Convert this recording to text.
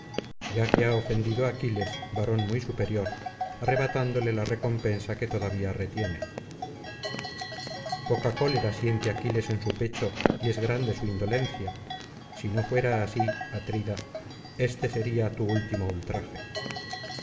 ya que ha ofendido á aquiles varón muy superior arrebatándole la recompensa que todavía retiene poca cólera siente aquiles en su pecho y es grande su indolencia si no fuera así atrida éste sería tu último ultraje